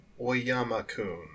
Oyama-kun